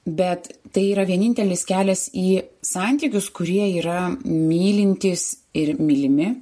bet tai yra vienintelis kelias į santykius kurie yra mylintys ir mylimi